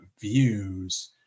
views